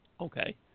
Okay